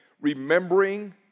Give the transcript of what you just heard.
remembering